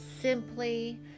simply